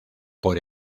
por